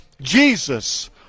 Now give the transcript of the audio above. Jesus